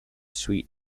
sweet